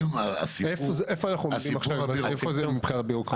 איפה זה מבחינה ביורוקרטית?